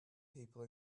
people